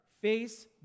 face